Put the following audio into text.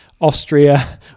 austria